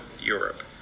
Europe